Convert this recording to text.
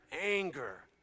anger